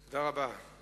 תודה רבה.